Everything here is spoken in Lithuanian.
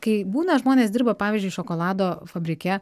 kai būna žmonės dirba pavyzdžiui šokolado fabrike